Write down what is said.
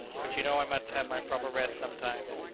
but you know i must have my proper rest sometimes.